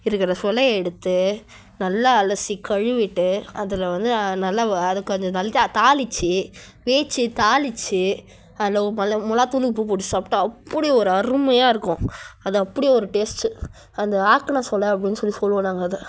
இருக்கிற சொளையை எடுத்து நல்லா அலசி கழுவிட்டு அதில் வந்து நல்ல அது கொஞ்சம் தாளிச்சு தேச்சு தாளிச்சு அதில் மொளாகா தூள் உப்பு போட்டு சாப்பிட்டா அப்படி ஒரு அருமையாக இருக்கும் அது அப்படி ஒரு டேஸ்ட்டு அந்த ஆக்கின சொளை அப்டின்னு சொல்லி சொல்லுவோம் நாங்கள் அதை